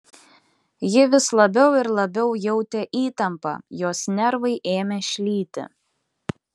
ji vis labiau ir labiau jautė įtampą jos nervai ėmė šlyti